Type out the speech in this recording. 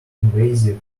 invasive